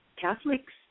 Catholics